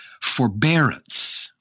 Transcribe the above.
forbearance